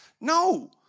No